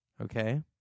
Okay